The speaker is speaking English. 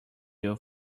you